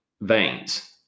veins